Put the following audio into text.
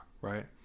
Right